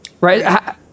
right